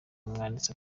umwanditsi